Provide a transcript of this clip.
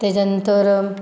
त्याच्यानंतर